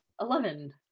Eleven